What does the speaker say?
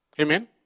Amen